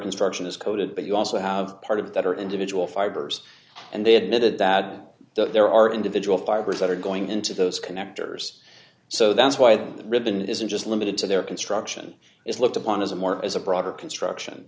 instruction is coated but you also have part of that or individual fibers and they admitted that there are individual fibers that are going into those connectors so that's why the ribbon isn't just limited to their construction is looked upon as a more is a broader construction